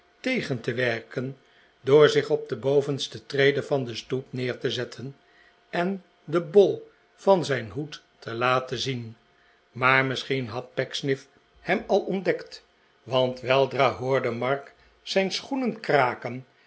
tegen te werken door zich op de bovenste trede van de stoep neer te zetten en den bol van zijn hoed te laten zien maar misschien had pecksniff hem a ontdekt want weldra hoorde mark zijn schoenen kraken